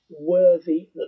worthy